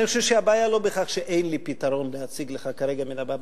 אני חושב שהבעיה לא בכך שאין לי פתרון להציג לך כרגע מן הבמה.